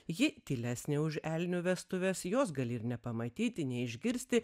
ji tylesnė už elnių vestuves jos gali ir nepamatyti neišgirsti